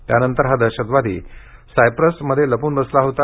त्यानंतर हा दहशतवादी सायप्रस देशात लपून बसला होता